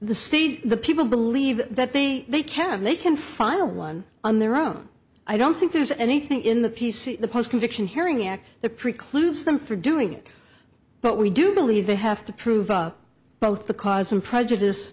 state the people believe that they they can they can final one on their own i don't think there's anything in the p c post conviction haring act that precludes them for doing it but we do believe they have to prove both the cause and prejudice